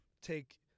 take